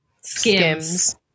Skims